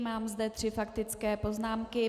Mám zde tři faktické poznámky.